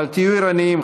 אבל תהיו ערניים,